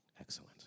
Excellent